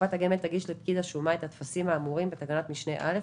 קופת הגמל תגיש לפקיד השומה את הטפסים האמורים בתקנת משנה (א),